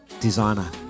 designer